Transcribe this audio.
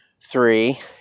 Three